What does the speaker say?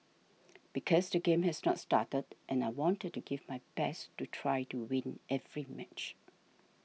because the game has not started and I wanted to give my best to try to win every match